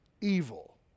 evil